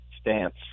stance